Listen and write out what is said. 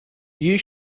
you